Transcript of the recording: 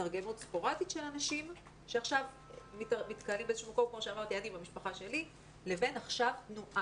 התארגנות ספורדית של אנשים שמתקהלים באיזשהו מקום לבין תנועה